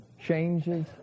changes